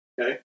okay